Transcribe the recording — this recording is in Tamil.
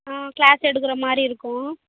ஆ கிளாஸ் எடுக்கிற மாதிரி இருக்கும்